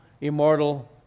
Immortal